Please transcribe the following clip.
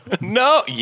no